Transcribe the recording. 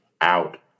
out